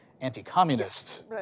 anti-communist